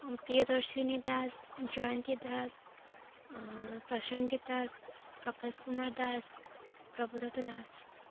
Priyadarshini Das Jayanti Das Prasannajit Das Prakash Kumar Das Prabhudatta Das